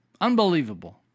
Unbelievable